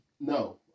no